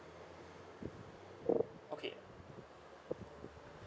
okay